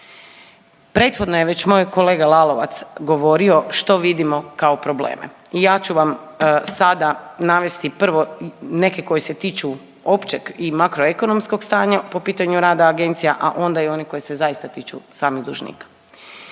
Prethodno je već moj kolega Lalovac govorio što vidimo kao probleme. I ja ću vam sada navesti prvo neke koji se tiču općeg i makro ekonomskog stanja po pitanju rada agencija, a onda i oni koji se zaista tiču samih dužnika.